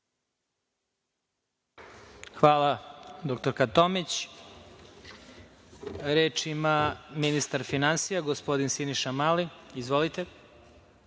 Hvala dr Tomić. Reč ima ministar finansija, gospodin Siniša Mali. Izvolite.